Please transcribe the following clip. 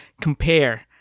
compare